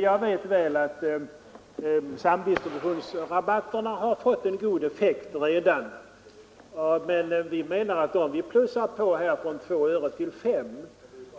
Jag vet mycket väl att samdistributions rabatterna redan har fått en god effekt, men vi menar att om vi ökar på Presstöd från 2 öre till 5 öre,